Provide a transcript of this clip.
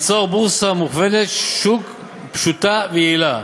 ליצור בורסה מוכוונת שוק פשוטה ויעילה.